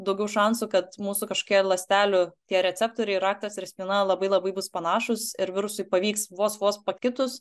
daugiau šansų kad mūsų kažkokie ląstelių tie receptoriai raktas ir spyna labai labai bus panašūs ir virusui pavyks vos vos pakitus